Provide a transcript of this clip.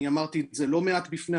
ואני אמרתי את זה לא מעט לוועדה,